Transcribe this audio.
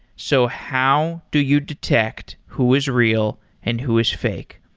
so how do you detect who is real and who is fake?